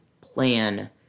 plan